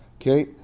Okay